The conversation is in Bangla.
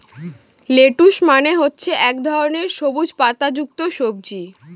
লেটুস মানে হচ্ছে এক ধরনের সবুজ পাতা যুক্ত সবজি